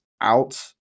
out